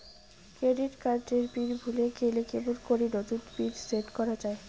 Credit card এর pin ভুলে গেলে কেমন করি নতুন পিন সেট করা য়ায়?